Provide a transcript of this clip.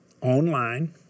online